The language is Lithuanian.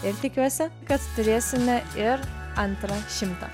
ir tikiuosi kad turėsime ir antrą šimtą